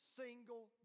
single